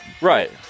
right